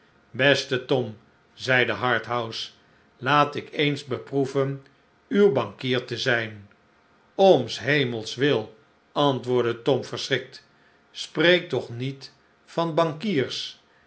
beste tom zeide harthouse laatikeens beproeven uw bankier te zijn om s hemels wil antwoordde tom verschrikt spreek toch niet van bankiers